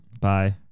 Bye